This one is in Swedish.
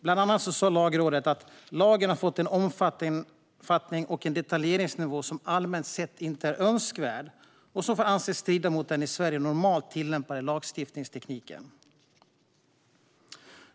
Bland annat sa Lagrådet att "lagen har fått en omfattning och detaljeringsnivå som allmänt sett inte är önskvärd och som får anses strida mot den i Sverige normalt tillämpade lagstiftningstekniken".